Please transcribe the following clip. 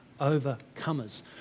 overcomers